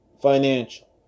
financial